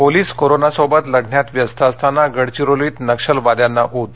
police कोरोनाशी लढण्यात व्यस्त असताना गडघिरोलीत नक्षलवाद्यांना ऊत